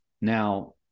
Now